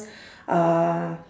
uh